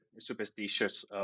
superstitious